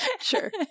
Sure